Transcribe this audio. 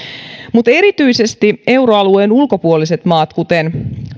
erityisesti euroalueen ulkopuoliset maat kuten